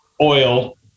oil